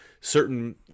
certain